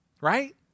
Right